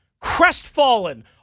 crestfallen